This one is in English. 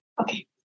Okay